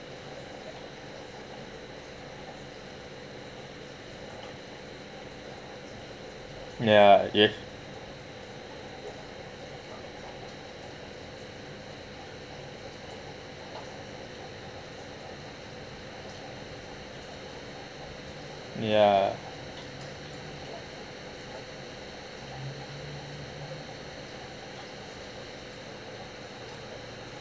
ya it ya